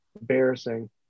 embarrassing